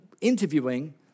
interviewing